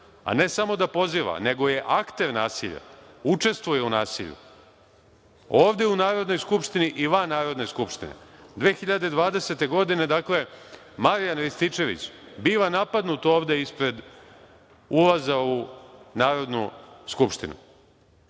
a ne da samo poziva nego je akter nasilja, učestvuje u nasilju ovde u Narodnoj skupštini i van Narodne skupštine. Dakle, 2020. godine Marijan Rističević biva napadnut ovde ispred ulaza u Narodnu skupštinu.